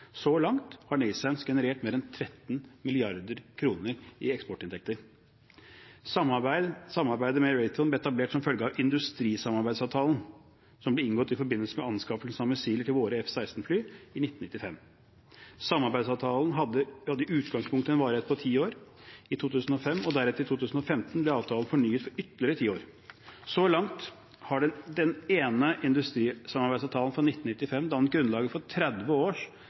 Så langt har NASAMS generert mer enn 13 mrd. kr i eksportinntekter. Samarbeidet med Raytheon ble etablert som følge av industrisamarbeidsavtalen som ble inngått i forbindelse med anskaffelse av missiler til våre F-16-fly i 1995. Samarbeidsavtalen hadde i utgangspunktet en varighet på ti år. I 2005 og deretter i 2015 ble avtalen fornyet for ytterligere ti år. Så langt har den ene industrisamarbeidsavtalen fra 1995 dannet grunnlaget for 30 års